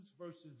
verses